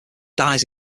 dies